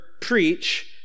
preach